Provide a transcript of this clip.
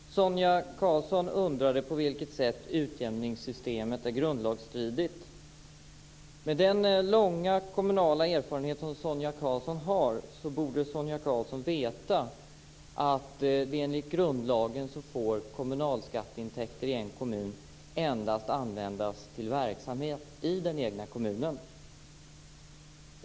Fru talman! Sonia Karlsson undrade på vilket sätt utjämningssystemet är grundlagsstridigt. Med den långa kommunala erfarenhet som Sonia Karlsson har borde hon veta att kommunalskatteintäkter i en kommun får användas endast till verksamhet i den egna kommunen enligt grundlagen.